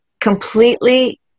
completely